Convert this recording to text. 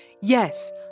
Yes